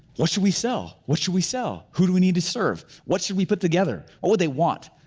what should we sell? what should we sell? who do we need to serve? what should we put together? what would they want?